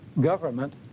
government